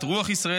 את רוח ישראל,